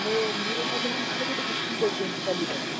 ମୁଁ ନୀଳମାଧବ ନାଁରେ ଗୋଟେ ବୁକିଂ କରିଦିଅନ୍ତୁ କାଲି ପାଇଁ